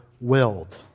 willed